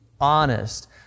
honest